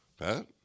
Pat